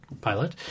pilot